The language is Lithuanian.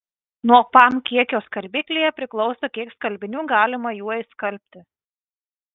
nuo pam kiekio skalbiklyje priklauso kiek skalbinių galima juo išskalbti